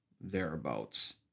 thereabouts